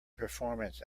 performance